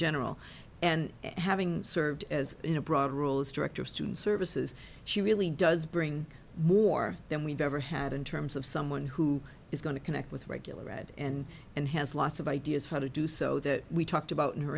general and having served as in a broader role is director of student services she really does bring more than we've ever had in terms of someone who is going to connect with regular read and and has lots of ideas for how to do so that we talked about in her